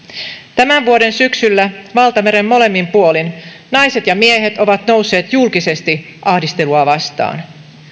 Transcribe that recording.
tämän vuoden syksyllä valtameren molemmin puolin naiset ja miehet ovat nousseet julkisesti ahdistelua vastaan